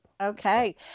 Okay